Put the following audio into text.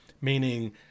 meaning